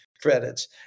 credits